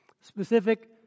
Specific